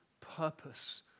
purpose